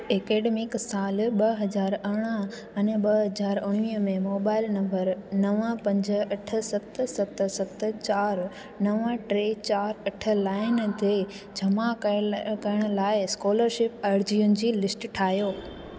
academic साल ॿ हज़ार अरिड़ाहं अने ॿ हज़ार उणिवीह में मोबाइल नंबर नव पंज अठ सत सत चारि नव टे चारि अठ लाइन ते जमा कय करण लाइ स्कॉलरशिप अर्ज़ियुनि जी लिस्ट ठाहियो